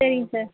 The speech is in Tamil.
சரிங்க சார்